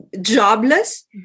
jobless